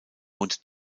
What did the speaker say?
und